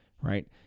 Right